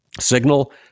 signal